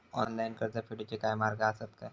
Online कर्ज फेडूचे काय मार्ग आसत काय?